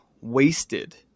wasted